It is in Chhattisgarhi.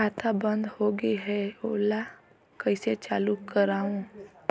खाता बन्द होगे है ओला कइसे चालू करवाओ?